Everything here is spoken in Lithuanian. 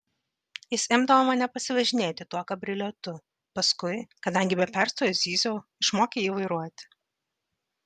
jis imdavo mane pasivažinėti tuo kabrioletu paskui kadangi be perstojo zyziau išmokė jį vairuoti